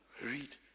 read